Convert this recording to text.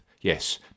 Yes